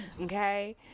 okay